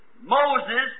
Moses